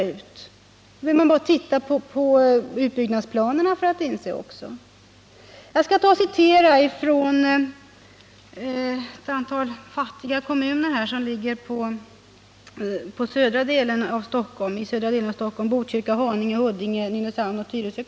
Man behöver bara se på utbyggnadsplanerna för att inse detta. Jag vill citera ett uttalande som gjorts av ett antal fattiga kommuner som ligger i den södra delen av Stockholmsområdet, nämligen Botkyrka, Haninge, Huddinge, Nynäshamn och Tyresö.